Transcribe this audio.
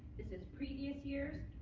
this is previous years.